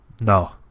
No